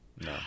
No